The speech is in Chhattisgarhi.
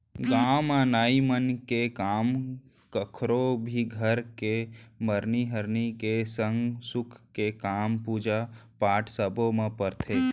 गाँव म नाई मन के काम कखरो भी घर के मरनी हरनी के संग सुख के काम, पूजा पाठ सब्बो म परथे